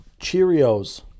Cheerios